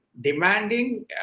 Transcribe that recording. demanding